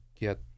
get